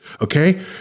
Okay